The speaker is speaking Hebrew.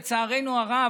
לצערנו הרב,